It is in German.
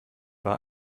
war